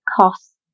costs